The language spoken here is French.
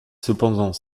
cependant